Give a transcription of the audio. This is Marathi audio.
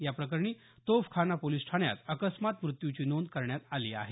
या प्रकरणी तोफखाना पोलिस ठाण्यात अकस्मात म्रत्यूची नोंद करण्यात आली आहे